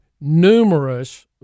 numerous